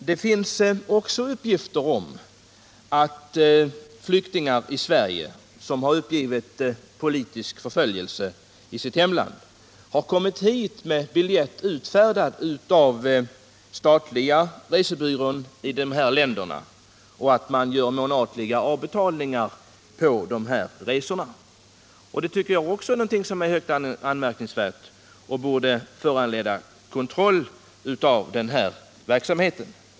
Det finns också uppgifter om att flyktingar i Sverige, som har uppgivit att de utsatts för politisk förföljelse i sitt hemland, har kommit hit på biljetter utfärdade av statliga resebyråer i sina hemländer och att de gör månatliga avbetalningar på dessa resor. Det tycker jag också är anmärkningsvärt, och det borde föranleda kontroll av den här verksamheten.